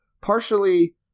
partially